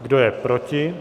Kdo je proti?